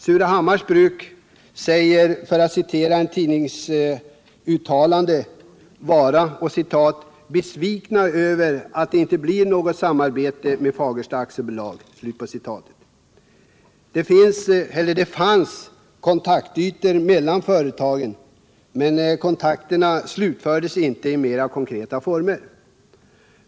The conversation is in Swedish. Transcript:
Surahammars bruk säger sig, för att citera ett tidningsuttalande, vara ”besvikna över att det inte blir något samarbete med Fagersta AB”. Det fanns kontaktytor mellan företagen, men kontakterna slutfördes inte i mera konkreta former.